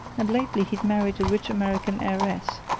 and lately he'd married a rich american heiress.